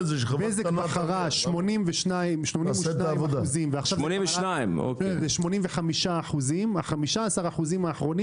בזק בחרה 82% ועכשיו זה 85%. 15% אחרונים